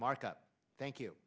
markup thank you